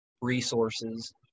resources